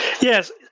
Yes